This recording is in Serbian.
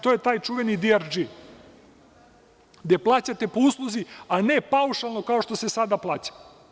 To je čuveni „diardži“, gde plaćate po usluzi, a ne paušalno kao što se sada plaća.